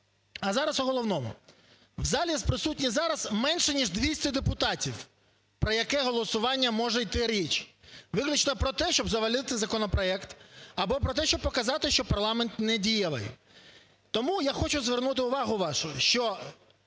А зараз про головне, в залі присутні зараз менше ніж 200 депутатів, про яке голосування може йти річ. Вибачте, про те, щоб завалити законопроект або про те, щоб показати, що парламент недієвий. Тому я хочу звернути увагу вашу, що